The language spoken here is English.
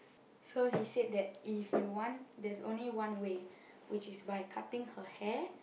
so he said that if you want there's only one way which is by cutting her hair